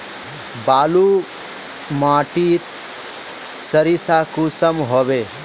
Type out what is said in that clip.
बालू माटित सारीसा कुंसम होबे?